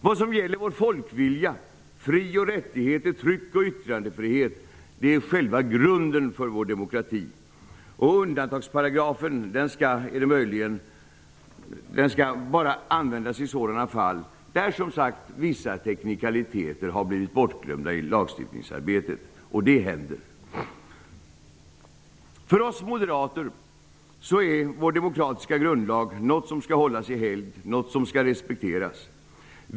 Vad som gäller vår folkvilja, frioch rättigheter, tryck och yttrandefrihet är själva grunden för vår demokrati. Undantagsparagrafen skall, är det meningen, endast användas i fall där vissa teknikaliteter blivit bortglömda i lagstiftningsarbetet; sådant händer. För oss moderater är vår demokratiska grundlag något som skall hållas i helgd och respekteras.